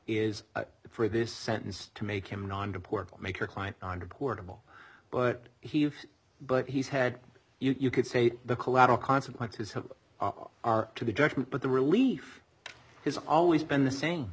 is for this sentence to make him non deport make your client on to portable but he but he's had you could say the collateral consequences are to the judgment but the relief has always been the same